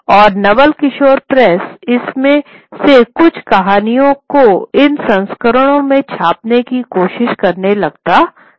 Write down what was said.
और नवल किशोर प्रेस इनमें से कुछ कहानियों को इन संस्करणों में छापने की कोशिश करने लगता था